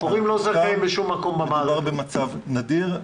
מדובר במצב נדיר.